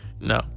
No